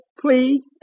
Please